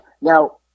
Now